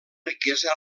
riquesa